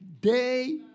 day